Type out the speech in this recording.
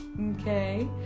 Okay